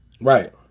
Right